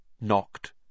knocked